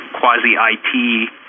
quasi-IT